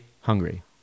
hungry